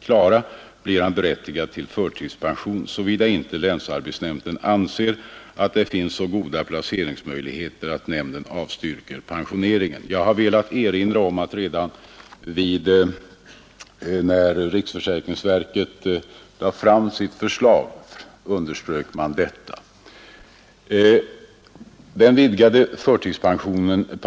klarar, blir han berättigad till förtidspension, sävida inte länsarbetsnämnden anser att det finns så goda placeringsmöjligheter att nämnden avstyrker pensioneringen. Jag har velat erinra om att riksförsäkringsverket underströk detta redan när förslaget om den vidgade förtidspensioneringen lades fram.